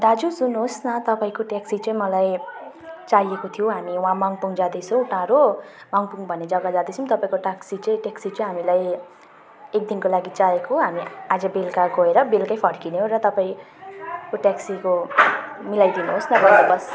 दाजु सुन्नुहोस् न तपाईँको ट्याक्सी चाहिँ मलाई चाहिएको थियो हामी वहाँ मङ्पङ जाँदैछौँ टाढो मङ्पङ भन्ने जग्गा जाँदैछौँ तपाईँको ट्याक्सी चाहिँ ट्याक्सी चाहिँ हामीलाई एक दिनको लागि चाहिएको हामी आज बेलुका गएर बेलुकै फर्किने हो र तपाईँको ट्याक्सीको मिलाइदिनु होस् न